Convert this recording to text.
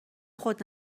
خود